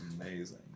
amazing